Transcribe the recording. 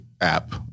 app